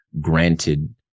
granted